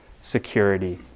security